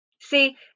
see